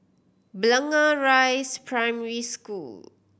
Blangah Rise Primary School